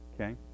okay